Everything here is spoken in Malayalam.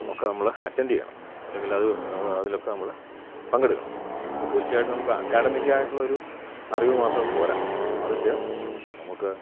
ഒക്കെ നമ്മൾ അറ്റൻഡ് ചെയ്യണം അല്ലെങ്കിൽ അത് അതിലൊക്കെ നമ്മൾ പങ്കെടുക്കണം അപ്പോൾ തീർച്ചയായിട്ടും നമുക്ക് അക്കാഡമിക്ക് ആയിട്ടുള്ള ഒരു അറിവ് മാത്രം പോരാ മറിച്ച് നമുക്ക്